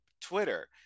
twitter